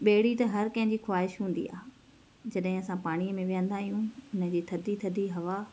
ॿेड़ी त हरि कंहिंजी ख़्वाहिश हूंदी आहे जॾहिं असां पाणीअ में वेहंदा आहियूं न उन जी थधी थधी हवा